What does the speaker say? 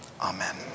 Amen